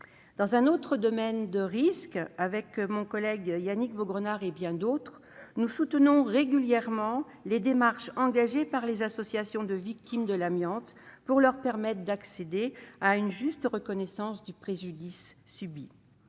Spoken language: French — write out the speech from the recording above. Dans un autre domaine de risque, avec mon collègue Yannick Vaugrenard et bien d'autres, je soutiens régulièrement les démarches engagées par les associations de victimes de l'amiante pour une juste reconnaissance du préjudice subi.